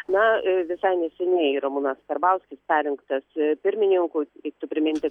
na visai neseniai ramūnas karbauskis perrinktas pirmininku reiktų priminti